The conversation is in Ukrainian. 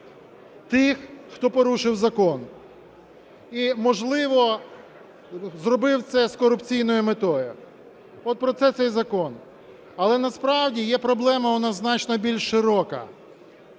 тих, хто порушив закон і, можливо, зробив це з корупційною метою. От про це цей закон. Але насправді є проблема у нас значно більш широка.